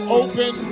open